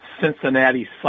Cincinnati